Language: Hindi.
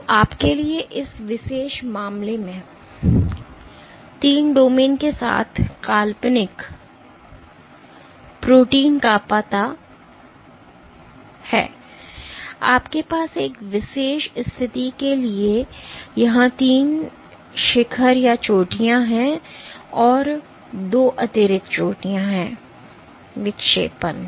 तो आप के लिए इस विशेष मामले में तीन डोमेन के साथ काल्पनिक प्रोटीन का पता है कि आपके पास एक विशेष स्थिति के लिए यहां तीन चोटियां हैं और दो अतिरिक्त चोटियां हैं विक्षेपन